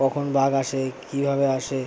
কখন বাঘ আসে কীভাবে আসে